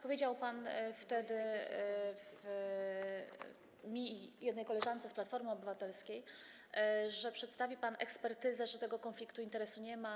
Powiedział pan wtedy mnie i koleżance z Platformy Obywatelskiej, że przedstawi pan ekspertyzę, że tego konfliktu interesów nie ma.